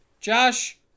Josh